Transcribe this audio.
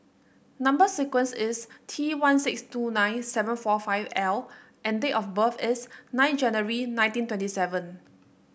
number sequence is T one six two nine seven four five L and date of birth is nine January nineteen twenty seven